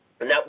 Now